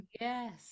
Yes